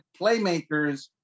playmakers